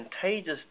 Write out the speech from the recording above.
contagious